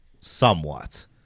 somewhat